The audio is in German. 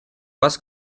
was